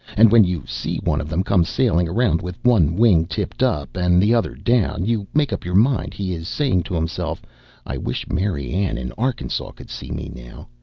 and when you see one of them come sailing around with one wing tipped up and t'other down, you make up your mind he is saying to himself i wish mary ann in arkansaw could see me now.